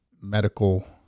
medical